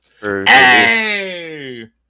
Hey